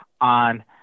on